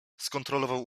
skontrolował